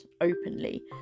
openly